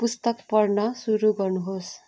पुस्तक पढ्न सुरु गर्नुहोस्